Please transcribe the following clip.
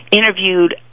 interviewed